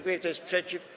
Kto jest przeciw?